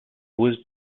was